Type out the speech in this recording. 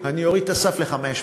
אני אוריד את הסף ל-500.